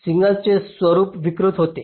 सिग्नलचे स्वरूप विकृत होते